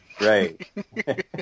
right